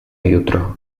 jutro